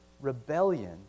rebellion